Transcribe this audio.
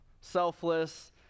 selfless